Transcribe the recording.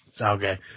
Okay